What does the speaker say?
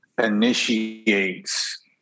initiates